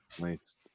nice